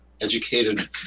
educated